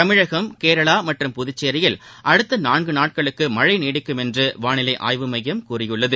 தமிழகம் கேரளா மற்றும் புதுச்சேரியில் அடுத்த நான்கு நாட்களுக்கு மழை நீடிக்கும் என்று வானிலை ஆய்வு மையம் கூறியுள்ளது